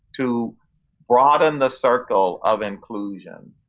to broaden the circle of inclusion?